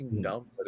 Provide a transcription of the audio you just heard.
dumb